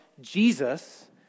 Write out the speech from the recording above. Jesus